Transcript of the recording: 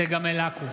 צגה מלקו,